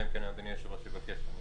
אלא אם כן אדוני היושב-ראש יבקש.